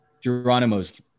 Geronimo's